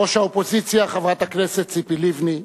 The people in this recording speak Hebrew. ראש האופוזיציה חברת הכנסת ציפי לבני,